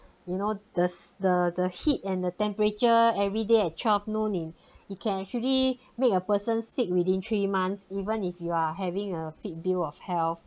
you know the s~ the the heat and the temperature everyday at twelve noon in it can actually make a person sick within three months even if you are having a fit bill of health